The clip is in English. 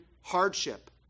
hardship